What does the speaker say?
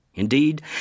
Indeed